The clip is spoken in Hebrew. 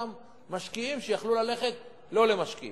שיכלו ללכת לא למשקיעים,